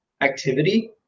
activity